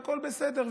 והכול בסדר,